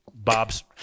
Bob's